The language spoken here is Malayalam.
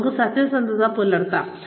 നമുക്ക് സത്യസന്ധത പുലർത്താം